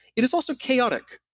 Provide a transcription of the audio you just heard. it is also chaotic.